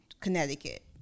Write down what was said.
Connecticut